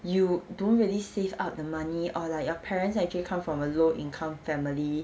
you don't really save up the money or like your parents actually come from a low income family